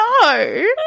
No